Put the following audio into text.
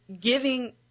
giving